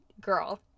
girl